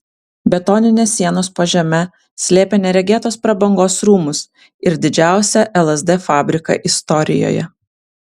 betoninės sienos po žeme slėpė neregėtos prabangos rūmus ir didžiausią lsd fabriką istorijoje